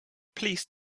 pleased